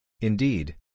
Indeed